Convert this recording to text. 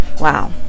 wow